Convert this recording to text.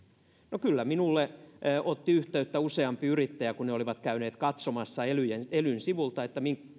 no kyllä minuun otti yhteyttä useampi yrittäjä kun he olivat käyneet katsomassa elyn sivuilta